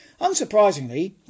Unsurprisingly